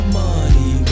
money